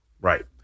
Right